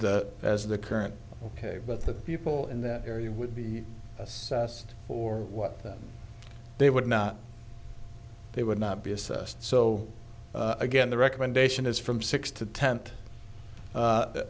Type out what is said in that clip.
that as the current ok but the people in that area would be assessed for what they would not they would not be assessed so again the recommendation is from six to tent